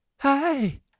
Hi